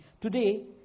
Today